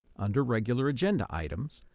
under regular agenda items,